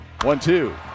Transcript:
One-two